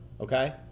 Okay